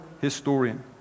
historian